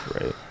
right